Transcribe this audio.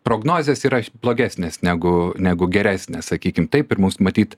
prognozės yra blogesnės negu negu geresnės sakykim taip ir mums matyt